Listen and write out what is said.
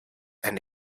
and